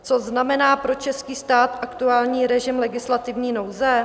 Co znamená pro český stát aktuální režim legislativní nouze?